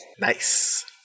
Nice